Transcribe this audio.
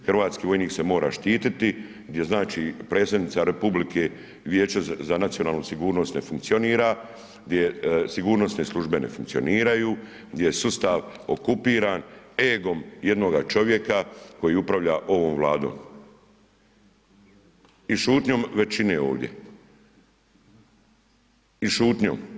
Hrvatski vojnik se mora štitit, gdje znači predsjednika Republike i Vijeće za nacionalnu sigurnost ne funkcionira, gdje sigurnosne službe ne funkcioniraju, gdje je sustav okupiran egom jednoga čovjeka koji upravlja ovom Vladom i šutnjom većine ovdje i šutnjom.